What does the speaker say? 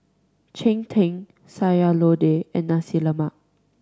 cheng tng Sayur Lodeh and Nasi Lemak